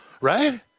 Right